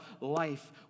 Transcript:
life